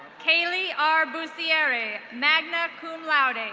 kaylee r buscierri, magna cum laude.